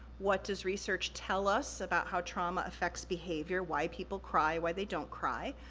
what does research tell us about how trauma affects behavior? why people cry, why they don't cry.